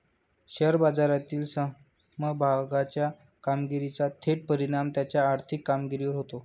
share बाजारातील समभागाच्या कामगिरीचा थेट परिणाम त्याच्या आर्थिक कामगिरीवर होतो